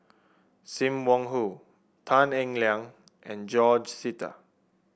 Sim Wong Hoo Tan Eng Liang and George Sita